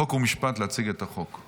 חוק ומשפט, להציג את החוק.